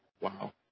Wow